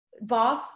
boss